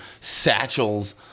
satchels